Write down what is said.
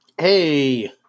Hey